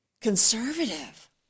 conservative